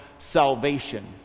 salvation